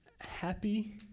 Happy